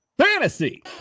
fantasy